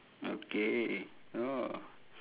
okay orh